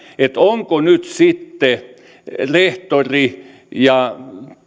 ovatko nyt sitten rehtori ja